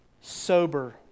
sober